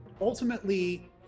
Ultimately